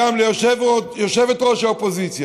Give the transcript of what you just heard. גם ליושבת-ראש האופוזיציה: